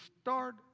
start